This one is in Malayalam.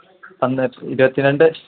ഇരുപത്തി രണ്ട്